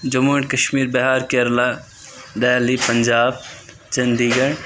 Jammu and Kashmir Bihar Kerala Delhi Punjab Chandi Garh